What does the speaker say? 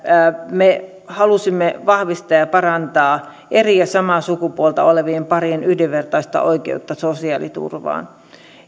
me halusimme vahvistaa ja parantaa eri ja samaa sukupuolta olevien parien yhdenvertaista oikeutta sosiaaliturvaan